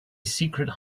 secret